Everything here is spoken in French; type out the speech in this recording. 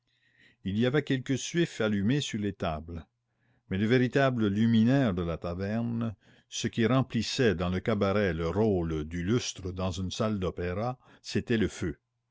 il y avait quelques suifs allumés sur les tables mais le véritable luminaire de la taverne ce qui remplissait dans le cabaret le rôle du lustre dans une salle d'opéra c'était le feu